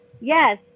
Yes